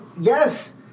yes